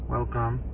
Welcome